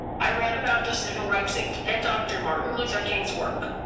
i read about the civil rights act and dr martin luther king's work.